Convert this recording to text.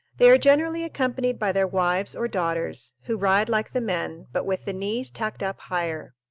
they are generally accompanied by their wives or daughters, who ride like the men, but with the knees tucked up higher.